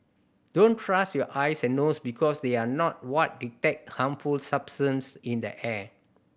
don't trust your eyes and nose because they are not what detect harmful substance in the air